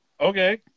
okay